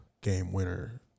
game-winner